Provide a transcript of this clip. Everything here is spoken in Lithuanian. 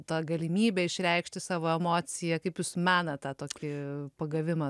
ta galimybė išreikšti savo emociją kaip jūs menat tą tokį pagavimą